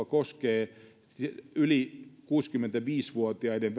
koskee yli kuusikymmentäviisi vuotiaiden